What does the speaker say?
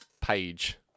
page